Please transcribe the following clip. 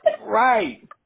Right